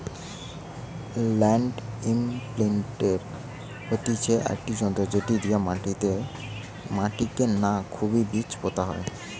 land ইমপ্রিন্টের হতিছে সেই যন্ত্র যেটি দিয়া মাটিকে না খুবই বীজ পোতা হয়